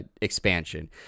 expansion